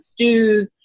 stews